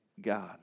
God